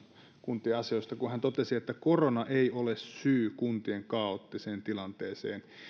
kuntien asioista kun hän totesi että korona ei ole syy kuntien kaoottiseen tilanteeseen